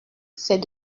c’est